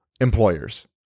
employers